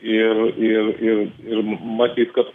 ir ir ir ir matyt kad